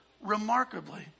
remarkably